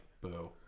boo